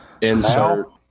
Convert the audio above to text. insert